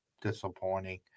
disappointing